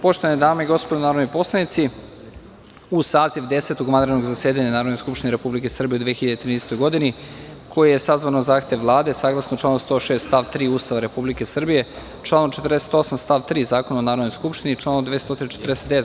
Poštovane dame i gospodo narodni poslanici, uz saziva Desetog vanrednog zasedanja Narodne skupštine Republike Srbije u 2013. godini, koje je sazvano na zahtev Vlade, saglasno članu 106. stav 3. Ustava Republike Srbije, članu 48. stav 3. Zakona o Narodnoj skupštini i članu 249.